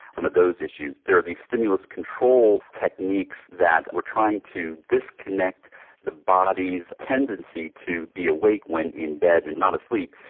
of those issues. there are the stimulus control techniques that we are trying to disconnect the body's tendency to be awake when in bed and not sleep.